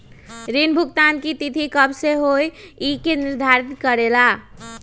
ऋण भुगतान की तिथि कव के होई इ के निर्धारित करेला?